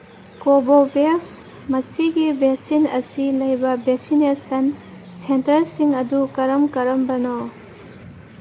ꯀꯣꯕꯣꯕꯦꯛꯁ ꯃꯁꯤꯒꯤ ꯚꯦꯛꯁꯤꯟ ꯑꯁꯤ ꯂꯩꯕ ꯚꯦꯟꯁꯤꯅꯦꯁꯟ ꯁꯦꯟꯇꯔꯁꯤꯡ ꯑꯗꯨ ꯀꯔꯝ ꯀꯔꯝꯕꯅꯣ